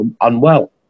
unwell